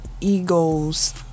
Eagles